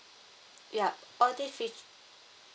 yup all these feat~